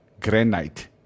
granite